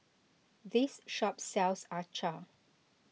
this shop sells Acar